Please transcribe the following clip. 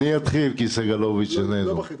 אני אתחיל, כי סגלוביץ' איננו.